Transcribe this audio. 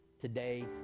today